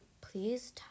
please